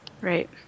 Right